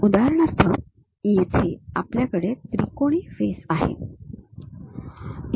उदाहरणार्थ येथे आपल्याकडे त्रिकोणी फेस आहे